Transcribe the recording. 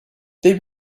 they